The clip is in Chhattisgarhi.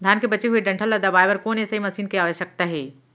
धान के बचे हुए डंठल ल दबाये बर कोन एसई मशीन के आवश्यकता हे?